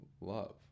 love